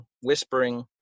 whispering